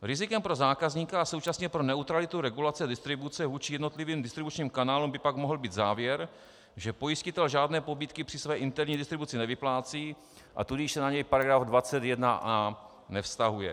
Rizikem pro zákazníka a současně pro neutralitu regulace distribuce vůči jednotlivým distribučním kanálům by pak mohl být závěr, že pojistitel žádné pobídky při své interní distribuci nevyplácí, a tudíž se na něj § 21a nevztahuje.